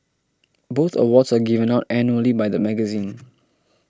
both awards are given out annually by the magazine